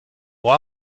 ohr